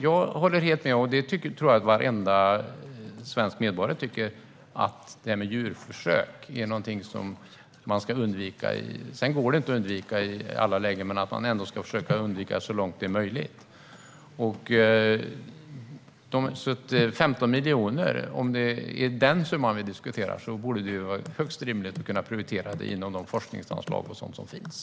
Jag tror att varenda svensk medborgare tycker att djurförsök är något man ska undvika. Sedan går det inte att undvika i alla lägen, men man ska ändå försöka göra det så långt det är möjligt. Om det är summan 15 miljoner vi diskuterar borde det vara högst rimligt att prioritera detta inom de forskningsanslag som finns.